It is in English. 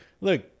Look